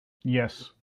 yes